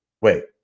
wait